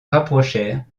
rapprochèrent